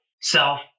self